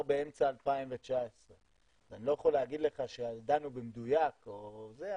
באמצע 2019. אני לא יכול להגיד לך שדנו במדויק או זה,